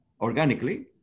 organically